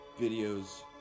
videos